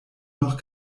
noch